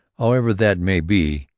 however that may be,